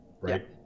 Right